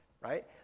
right